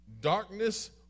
darkness